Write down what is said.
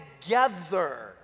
together